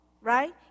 right